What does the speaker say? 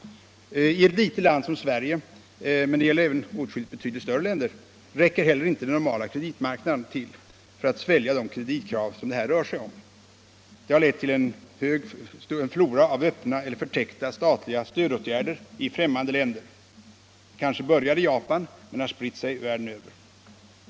I ett litet land som Sverige - men det gäller även åtskilliga betydligt större länder — räcker heller inte den normala kreditmarknaden till för att svälja de kreditkrav det här rör sig om. Detta har lett till en flora av öppna eller förtäckta statliga stödåtgärder i främmande länder. Det kanske började i Japan men har spritt sig världen över.